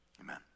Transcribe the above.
Amen